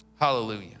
Hallelujah